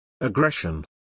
Aggression